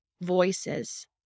voices